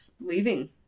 leaving